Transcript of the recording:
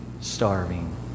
starving